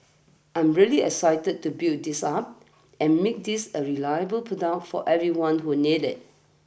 I'm really excited to build this up and make this a reliable product for everyone who needs it